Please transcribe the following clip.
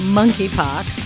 monkeypox